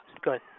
good